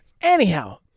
anyhow